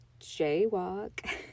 Jaywalk